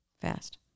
fast